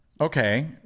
Okay